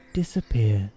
disappear